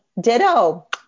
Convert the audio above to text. Ditto